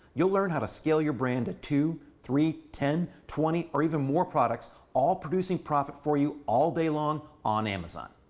you'll learn how to scale your brand to two, three, ten, twenty, or even more products all producing profit for you all day long on amazon.